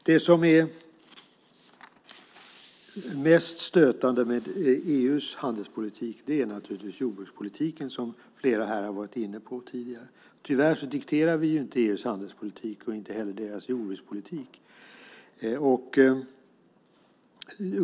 Det som är mest stötande med EU:s handelspolitik är naturligtvis jordbrukspolitiken, som flera tidigare har varit inne på här. Tyvärr dikterar vi inte EU:s handelspolitik, och inte heller dess jordbrukspolitik.